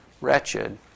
wretched